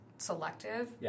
selective